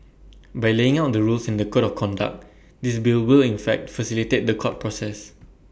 by laying out the rules and the code of conduct this bill will in fact facilitate The Court process